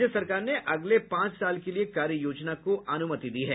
राज्य सरकार ने अगले पांच साल के लिए कार्य योजना को अनुमति दी है